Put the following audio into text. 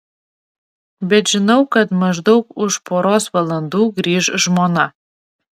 bet žinau kad maždaug už poros valandų grįš žmona